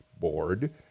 board